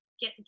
get